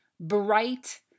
bright